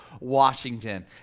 Washington